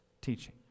teaching